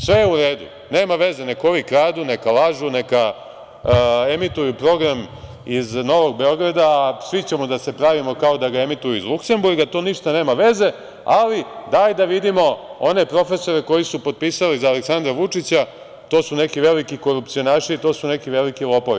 Sve je u redu, nema veze neka ovi kradu, neka lažu, neka emituju program iz Novog Beograda, a svi ćemo da se pravimo kao da ga emituju iz Luksemburga, to ništa nema veze, ali daj da vidimo one profesore koji su potpisali za Aleksandra Vučića, to su neki veliki korupcionaši, to su neki veliki lopovi.